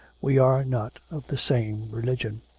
we are not of the same religion.